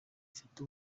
mfite